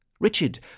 Richard